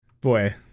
Boy